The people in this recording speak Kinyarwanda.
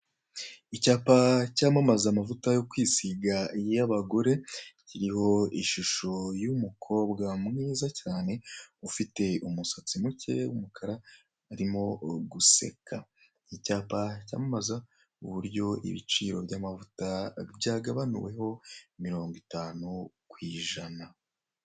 Icyapa cyamamaza amavuta yo kwisiga y'abagore kiriho ishusho y'umukobwa mwiza cyane ufite umusatsi mukeye w'umukara urimo guseka. Icyapa cyamamaza uburyo ibiciro by'amavuta byagabanuweho mirongo itanu ku ijana.